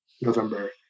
November